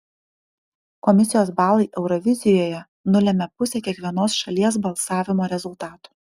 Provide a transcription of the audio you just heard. komisijos balai eurovizijoje nulemia pusę kiekvienos šalies balsavimo rezultatų